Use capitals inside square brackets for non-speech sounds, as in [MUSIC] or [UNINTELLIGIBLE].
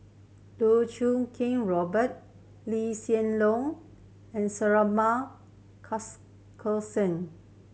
Loh Choo Kiat Robert Lee Hsien Loong and Suratman [UNINTELLIGIBLE]